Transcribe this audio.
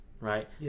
right